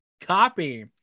copy